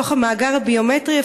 מתוך המאגר הביומטרי,